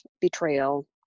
betrayal